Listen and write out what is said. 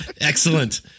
excellent